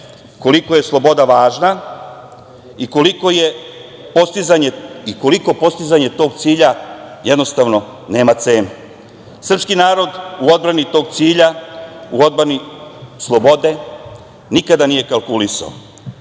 koliko je sloboda važna i koliko postizanje tog cilja jednostavno nema cenu. Srpski narod u odbrani tog cilja, u odbrani slobode nikada nije kalkulisao.